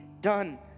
done